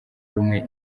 rumwe